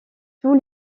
tous